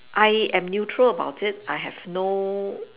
I am neutral about it I have no